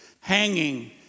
hanging